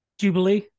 Jubilee